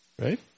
right